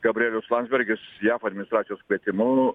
gabrielius landsbergis jav administracijos kvietimu